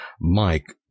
Mike